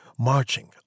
Marching